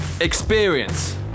experience